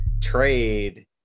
trade